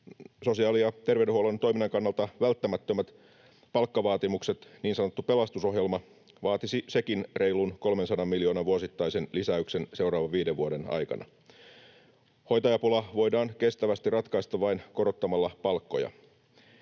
sosiaali- ja terveydenhuollon toiminnan kannalta välttämättömät palkkavaatimukset, niin sanottu pelastusohjelma, vaatisivat nekin reilun 300 miljoonan vuosittaisen lisäyksen seuraavan viiden vuoden aikana. Hoitajapula voidaan kestävästi ratkaista vain korottamalla palkkoja.